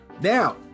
Now